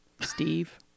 Steve